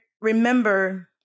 remember